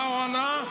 מה הוא ענה?